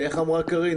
ואיך אמרה קארין,